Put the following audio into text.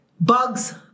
Bugs